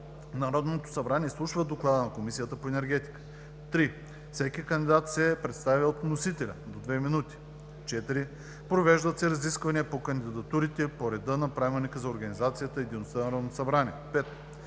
Народното събрание изслушва доклада на Комисията по енергетика. 3. Всеки кандидат се представя от вносителя – до две минути. 4. Провеждат се разисквания по кандидатурите по реда на Правилника за организацията и